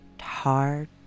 hard